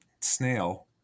snail